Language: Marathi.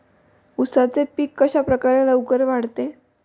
उसाचे पीक कशाप्रकारे लवकर वाढते?